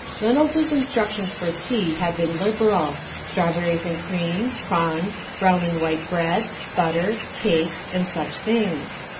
reynolds' instructions for tea had been liberal. strawberries and cream, prawns, brown and white bread, butter, cakes, and such things.